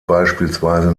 beispielsweise